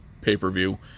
pay-per-view